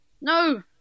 No